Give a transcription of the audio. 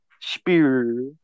Spear